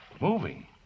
Moving